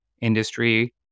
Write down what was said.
industry